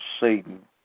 Satan